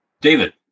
David